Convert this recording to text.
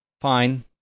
Fine